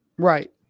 Right